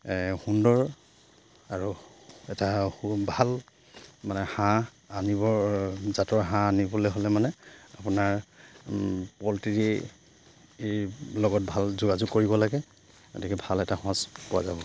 সুন্দৰ আৰু এটা ভাল মানে হাঁহ আনিব জাতৰ হাঁহ আনিবলে হ'লে মানে আপোনাৰ পল্ট্ৰিৰ লগত ভাল যোগাযোগ কৰিব লাগে গতিকে ভাল এটা সঁচ পোৱা যাব